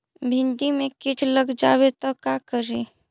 भिन्डी मे किट लग जाबे त का करि?